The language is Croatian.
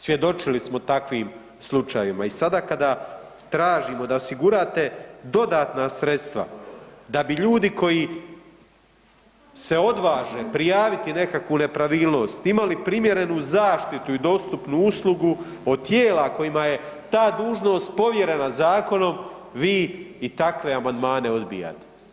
Svjedočili smo takvim slučajevima i sada kada tražimo da osigurate dodatna sredstva da bi ljudi koji se odvaže prijaviti nekakvu nepravilnost, imali primjerenu zaštitu i dostupnu uslugu, od tijela kojima je ta dužnost povjerena zakonom, vi i takve amandmane odbijate.